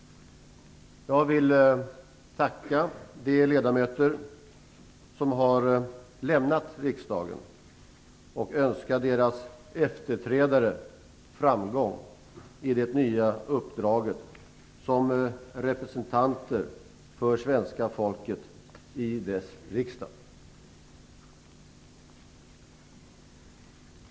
Jag vill tacka de ledamöter som har lämnat riksdagen och önska deras efterträdare framgång i det nya uppdraget som representanter för svenska folket i dess riksdag.